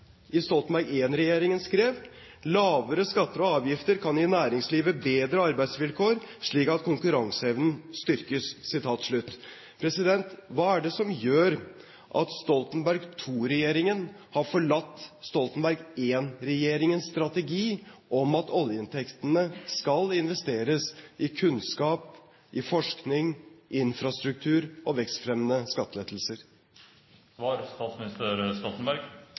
i Stoltenberg I-regjeringen skrev: «Lavere skatter og avgifter kan gi næringslivet bedre arbeidsvilkår, slik at konkurranseevnen styrkes.» Hva er det som gjør at Stoltenberg II-regjeringen har forlatt Stoltenberg I-regjeringens strategi om at oljeinntektene skal investeres i kunnskap, i forskning, i infrastruktur og i vekstfremmende